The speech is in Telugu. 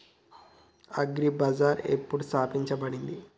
అగ్రి బజార్ ఎప్పుడు స్థాపించబడింది?